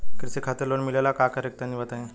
कृषि खातिर लोन मिले ला का करि तनि बताई?